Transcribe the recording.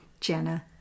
Jenna